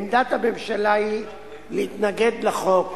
עמדת הממשלה היא להתנגד לחוק,